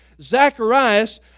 Zacharias